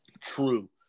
True